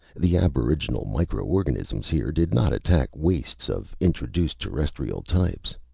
the aboriginal microorganisms here did not attack wastes of introduced terrestrial types.